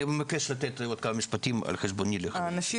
אני מבקש לתת עוד כמה משפטים על חשבוני --- האנשים